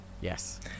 yes